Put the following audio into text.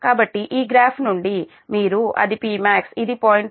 కాబట్టి ఈ గ్రాఫ్ నుండి మీరు అదిPmax ఇది 0